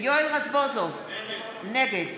יואל רזבוזוב, נגד